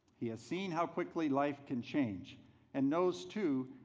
he has seen how quickly life can change and knows, too,